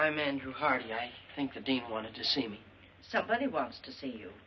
i'm andrew harvey i think the deep wanted to see me somebody wants to see you